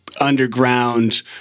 underground